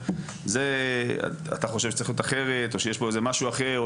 אתה חושב שצריך להיות אחרת או שיש פה איזה משהו אחר,